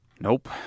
Nope